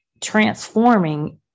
transforming